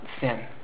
sin